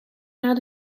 naar